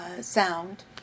sound